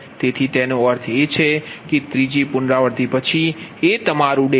તેથી તેનો અર્થ એ છે કે ત્રીજી પુનરાવૃત્તિ પછી કે તમારું Pg30